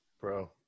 bro